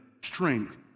strength